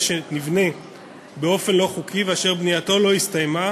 שנבנה באופן לא חוקי ואשר בנייתו לא הסתיימה